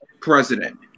president